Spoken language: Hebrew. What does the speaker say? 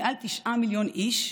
יותר מתשעה מיליון איש,